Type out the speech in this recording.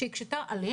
זה הקשה עלינו,